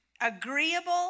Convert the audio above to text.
Agreeable